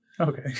okay